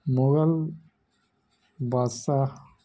Mughal Badshah